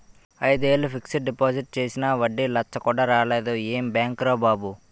ఐదేళ్ళు fixed deposit చేసినా వడ్డీ లచ్చ కూడా రాలేదు ఏం బాంకురా బాబూ